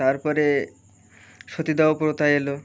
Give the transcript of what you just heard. তারপরে সতীদাহ প্রথা এলো